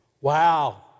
Wow